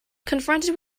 confronted